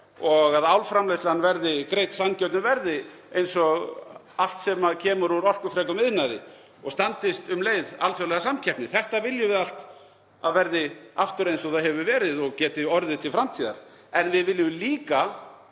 og álframleiðslan verði greidd sanngjörnu verði eins og allt sem kemur úr orkufrekum iðnaði og standist um leið alþjóðlega samkeppni. Við viljum að allt þetta verði aftur eins og það hefur verið og geti orðið til framtíðar. En við viljum líka